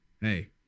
Hey